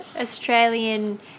Australian